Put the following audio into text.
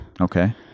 okay